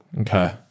okay